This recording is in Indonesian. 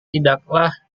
tidaklah